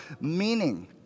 meaning